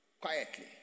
Quietly